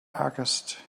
aghast